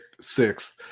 sixth